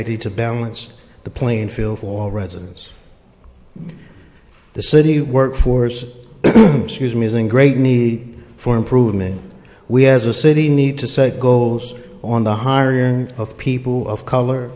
schenectady to balance the playing field for all residents the city workforce excuse me is in great need for improvement we as a city need to set goals on the hiring of people of color